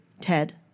Ted